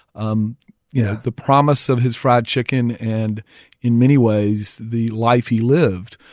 um yeah the promise of his fried chicken, and in many ways the life he lived,